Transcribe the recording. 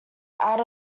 out